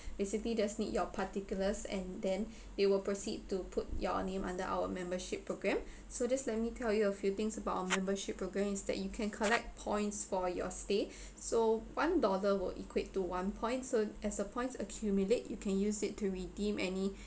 basically there's need your particulars and then they will proceed to put your name under our membership program so just let me tell you a few things about our membership program is that you can collect points for your stay so one dollar will equate to one point so as a points accumulate you can use it to redeem any